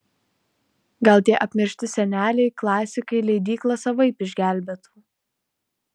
gal tie apmiršti seneliai klasikai leidyklą savaip išgelbėtų